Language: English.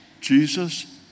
Jesus